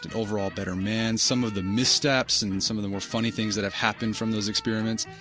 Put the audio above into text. and overall better man, some of the missteps and and some of the more funny things that have happened from those experiments.